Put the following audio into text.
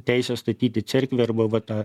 teisę statyti cerkvę arba va tą